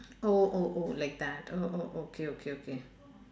oh oh oh like that oh oh okay okay okay